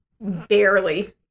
Barely